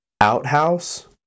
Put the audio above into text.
outhouse